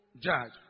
judge